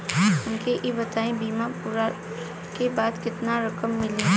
हमके ई बताईं बीमा पुरला के बाद केतना रकम मिली?